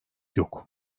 yok